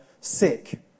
sick